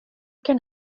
den